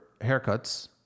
haircuts